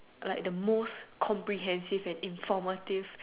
like the most comprehensive and informative